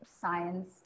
science